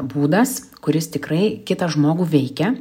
būdas kuris tikrai kitą žmogų veikia